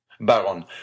Baron